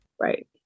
Right